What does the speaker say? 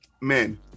men